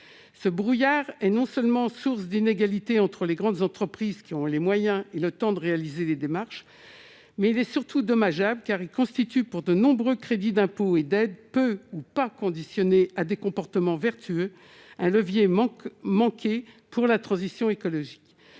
ce brouillard et non seulement source d'inégalité entre les grandes entreprises qui ont les moyens et le temps de réaliser les démarches mais il est surtout dommageable car il constitue pour de nombreux crédits d'impôts et d'aides, peu ou pas conditionnée à des comportements vertueux un levier manque manquer pour la transition écologique,